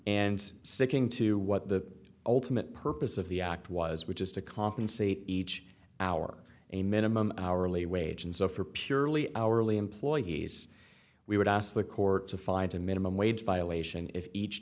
and sticking to what the ultimate purpose of the act was which is to compensate each hour a minimum hourly wage and so for purely hourly employees we would ask the court to fight a minimum wage violation if each